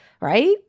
Right